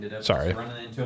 Sorry